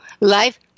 life